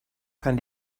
kann